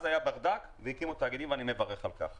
אז היה ברדק והקימו את התאגידים, ואני מברך על כך.